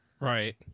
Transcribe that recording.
Right